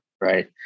Right